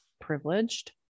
privileged